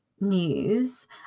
news